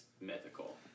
mythical